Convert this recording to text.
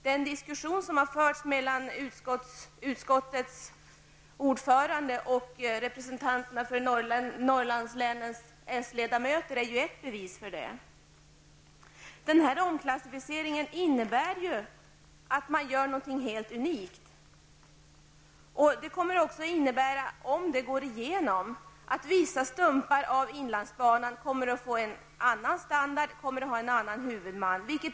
Den diskussion som har förts mellan utskottets ordförande och representanterna för Norrlandslänens socialdemokrater är ju ett bevis för det. Omklassificeringen innebär att man gör något helt unikt. Det kommer också, om beslutet går igenom, att innebära att vissa stumpar av inlandsbanan kommer att få en annan standard och ha en annan huvudman.